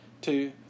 two